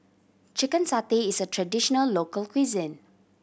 chicken satay is a traditional local cuisine